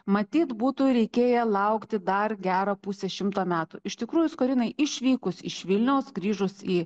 matyt būtų reikėję laukti dar gerą pusę šimto metų iš tikrųjų skorinai išvykus iš vilniaus grįžus į